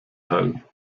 teil